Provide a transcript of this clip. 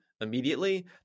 immediately